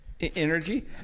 Energy